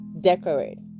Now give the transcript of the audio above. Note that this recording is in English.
decorate